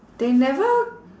they never